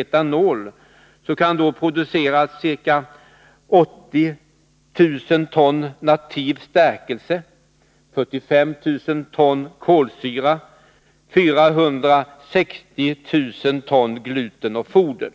etanol, kan det produceras ca 80 000 ton nativ stärkelse, 45 000 ton kolsyra och 460 000 ton gluten och foder.